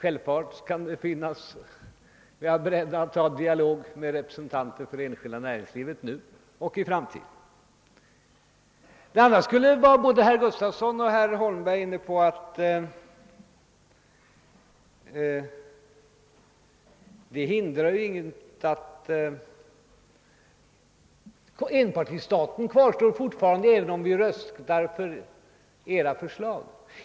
Jag är dock självfallet beredd att ta upp en dialog med representanter för det enskilda näringslivet både nu och i framtiden. Både herr Gustafson i Göteborg och herr Holmberg berörde det förhållandet, att oppositionspartierna röstar för våra förslag, och menade att det inte innebär att det inte föreligger någon enpartistat.